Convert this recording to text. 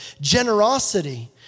Generosity